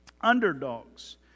Underdogs